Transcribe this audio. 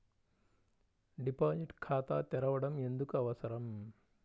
Deposit ఖాతా తెరవడం ఎందుకు అవసరం?